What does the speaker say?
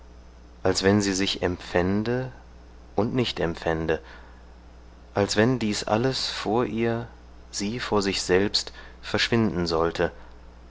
als wenn sie sich empfände und nicht empfände als wenn dies alles vor ihr sie vor sich selbst verschwinden sollte